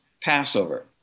Passover